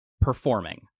performing